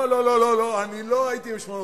לא לא לא, אני לא הייתי ב-890.